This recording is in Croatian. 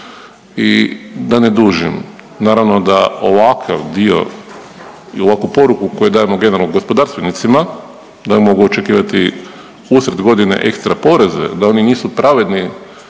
I da ne dužim, naravno da ovakav dio i ovakvu poruku koju dajemo generalno gospodarstvenicima da mogu očekivati uslijed godine ekstra poreze da nisu pravedni